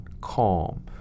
calm